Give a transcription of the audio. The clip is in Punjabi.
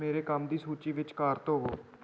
ਮੇਰੇ ਕੰਮ ਦੀ ਸੂਚੀ ਵਿੱਚ ਕਾਰ ਧੋਵੋ